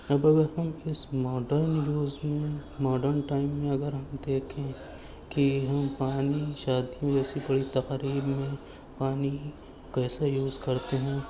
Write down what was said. اب اگر ہم اس ماڈرن یوز میں ماڈرن ٹائم میں اگر ہم دیکھیں کہ ہم پانی شادیوں جیسی بڑی تقاریب میں پانی کیسے یوز کرتے ہیں